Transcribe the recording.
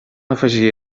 afegir